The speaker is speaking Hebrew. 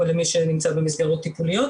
או למי שנמצא במסגרות טיפוליות,